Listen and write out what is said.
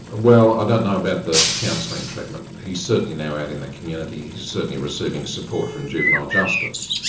ah well i don't know about the counselling treatment. he's certainly now out in the community, he's certainly receiving support from juvenile justice.